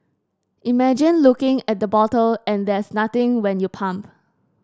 imagine looking at the bottle and there's nothing when you pump